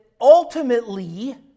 ultimately